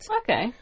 Okay